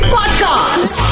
Podcast